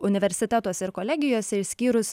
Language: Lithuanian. universitetuose ir kolegijose išskyrus